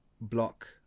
Block